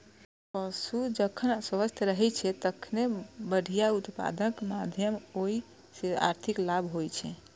पशु जखन स्वस्थ रहै छै, तखने बढ़िया उत्पादनक माध्यमे ओइ सं आर्थिक लाभ होइ छै